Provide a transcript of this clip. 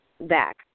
back